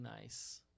nice